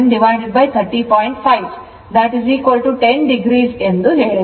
5 10 o ಎಂದು ಹೇಳಿದೆ